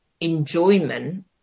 enjoyment